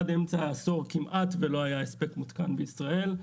עד אמצע העשור כמעט ולא היה הספק מותקן בישראל.